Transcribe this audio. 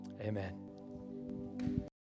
Amen